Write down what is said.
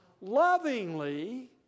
lovingly